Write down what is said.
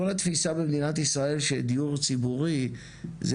כל התפיסה במדינת ישראל שדיור ציבורי זה